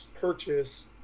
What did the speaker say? purchase